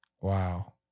wow